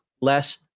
less